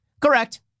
Correct